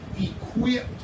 equipped